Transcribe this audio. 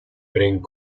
bring